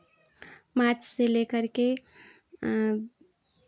मार्च से लेकर के